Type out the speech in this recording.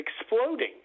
exploding